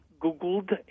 Googled